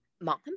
mom